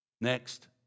Next